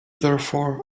therefore